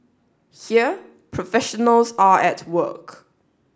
here professionals are at work